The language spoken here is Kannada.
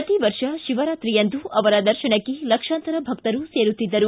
ಪ್ರತಿವರ್ಷ ಶಿವರಾತ್ರಿಯಂದು ಅವರ ದರ್ಶನಕ್ಕೆ ಲಕ್ಷಾಂತರ ಭಕ್ತರು ಸೇರುತ್ತಿದ್ದರು